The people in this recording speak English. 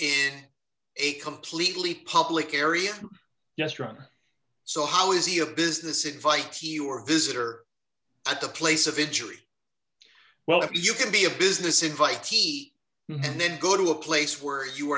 in a completely public area yes run so how is he a business invites you or visitor at the place of a tree well if you can be a business invite heat and then go to a place where you